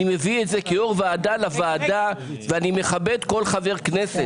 אני מביא את זה כיו"ר הוועדה לוועדה ואני מכבד כל חבר כנסת.